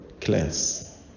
class